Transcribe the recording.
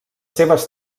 seves